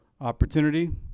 opportunity